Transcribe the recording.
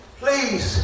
please